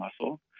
muscle